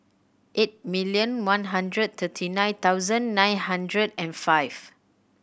eight million one hundred thirty nine thousand nine hundred and five